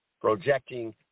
projecting